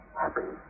happy